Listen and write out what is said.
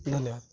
धन्यवाद